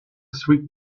sweet